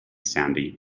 sandy